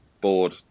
board